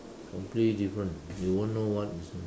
completely different you won't know [one]